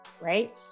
right